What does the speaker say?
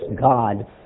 God